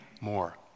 more